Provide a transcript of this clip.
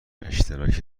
اشتراک